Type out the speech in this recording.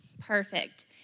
perfect